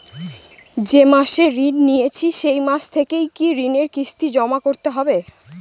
যে মাসে ঋণ নিয়েছি সেই মাস থেকেই কি ঋণের কিস্তি জমা করতে হবে?